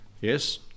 yes